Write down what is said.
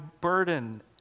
burden